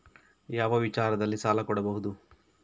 ಯಾವ ವಿಚಾರದಲ್ಲಿ ಸಾಲ ಕೊಡಬಹುದು?